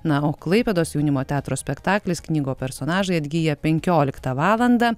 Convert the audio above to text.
na o klaipėdos jaunimo teatro spektaklis knygų personažai atgyjapenkioliktą valandą